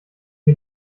mir